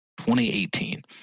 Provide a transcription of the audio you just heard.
2018